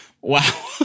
wow